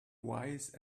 wise